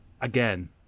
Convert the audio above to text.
again